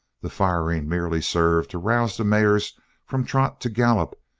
the firing merely served to rouse the mares from trot to gallop,